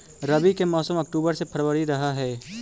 रब्बी के मौसम अक्टूबर से फ़रवरी रह हे